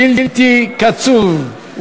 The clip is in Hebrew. יש לו זמן בלתי קצוב,